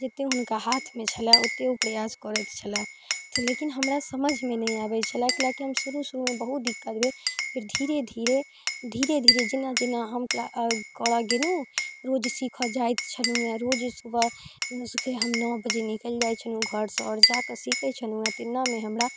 जते हुनका हाथमे छलै ओते ओ प्रयास करै छलथि लेकिन हमरा समझमे नहि अबै छलै कैला की हम शुरू शुरूमे बहुत दिक्कत भेल फिर धीरे धीरे धीरे धीरे जेना जेना हम क्लास करऽ गेलहुँ रोज सीख जाइत छलहुँ हँ रोज सुबह सुबह हम नओ बजे निकलि जाइत छलौं हँ घरसँ आओर जाके सीखै छलहुँ हँ तेनामे हमरा